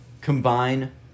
combine